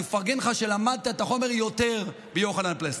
אני מפרגן לך שלמדת את החומר יותר מיוחנן פלסנר.